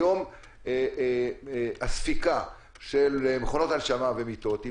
היום הספיקה של מכונות הנשמה ומיטות היא